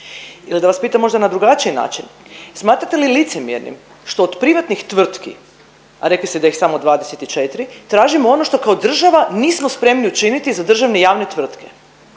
Ili da vas pitam možda na drugačiji način, smatrate li licemjernim što od privatnih tvrtki, a rekli ste da ih samo 24 tražimo ono što kao država nismo spremni učiniti za državne i javne tvrtke?